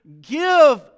give